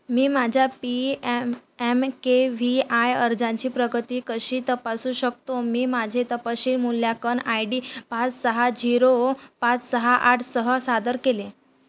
मी माझ्या P M M K V I अर्जांची प्रगती कशी तपासू शकतो मी माझे तपशील मूल्यांकन आय डी पाच सहा झिरो पाच सहा आठ सह सादर केले